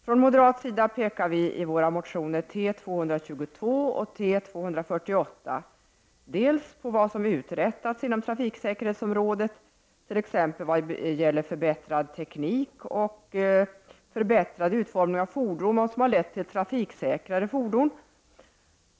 Från moderat sida pekar vi i våra motioner T222 och T248 bl.a. på vad som uträttats inom trafiksäkerhetsområdet, t.ex. vad gäller förbättrad teknik och förbättrad utformning av fordonen, förbättringar som har lett till trafiksäk rare fordon.